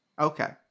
Okay